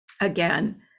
again